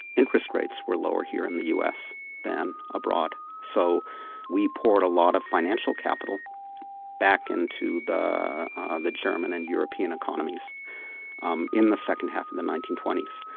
interest rates were lower here in the us than abroad. so we poured a lot of financial capital back into the ah the german and european economies um in the second half of the nineteen twenty s.